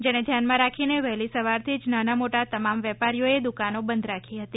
જેને ધ્યાનમાં રાખીને વહેલી સવારથી જ નાનામોટા તમામ વેપારીઓએ દુકાનો બંધ રાખી હતી